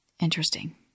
Interesting